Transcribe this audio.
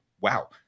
wow